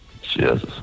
Jesus